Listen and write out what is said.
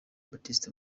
baptiste